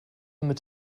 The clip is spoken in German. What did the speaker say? mit